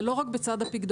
זה לא רק בצד הפקדונות,